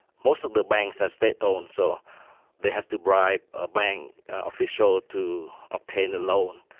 most of the banks are state owned, so they have to bribe a bank official to obtain a loan,